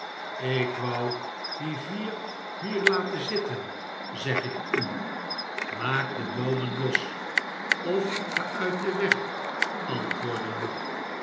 ik wou die vier hier laten zitten zeg ik u maak de boomen los of ga uit den weg antwoordde